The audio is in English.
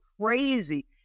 crazy